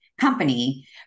company